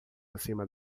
acima